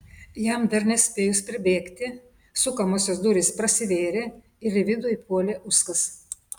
jam dar nespėjus pribėgti sukamosios durys prasivėrė ir į vidų įpuolė uskas